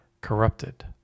corrupted